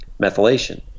methylation